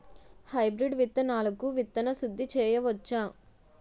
Hybrid విత్తనాలకు విత్తన శుద్ది చేయవచ్చ?